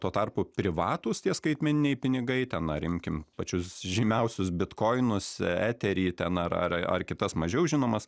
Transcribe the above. tuo tarpu privatūs tie skaitmeniniai pinigai ten ar imkim pačius žymiausius bitkoinus eterį ten ar ar ar kitas mažiau žinomas